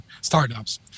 startups